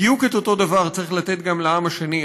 בדיוק את אותו הדבר צריך לתת גם לעם השני,